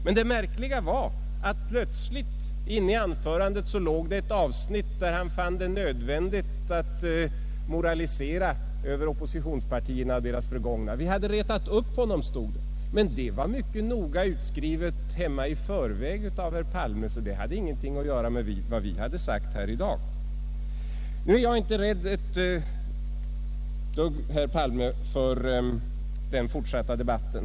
Men det märkliga var att det plötsligt mitt inne i anförandet låg ett avsnitt där han fann det nödvändigt att moralisera över oppositionspartierna och deras förgångna. Vi hade retat upp honom, sade han. Men allt var som sagt mycket noga utskrivet hemma i förväg av herr Palme, så det hade ingenting att göra med vad vi hade sagt här i dag. Och jag är inte ett dugg rädd, herr Palme, för den fortsatta debatten.